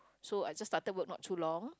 so I just started work not too long